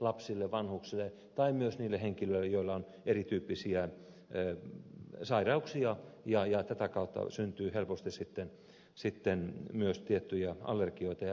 lapsille vanhuksille tai myös niille henkilöille joilla on erityyppisiä sairauksia ja tätä kautta saavat sitten helposti myös tiettyjä allergioita ja reaktioita